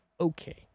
okay